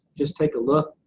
just take a look,